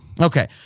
Okay